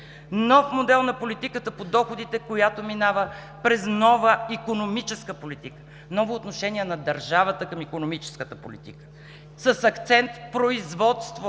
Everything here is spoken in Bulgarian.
нов модел на политиката по доходите, която минава през нова икономическа политика, ново отношение на държавата към икономическата политика с акцент производство